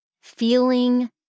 feeling